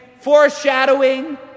foreshadowing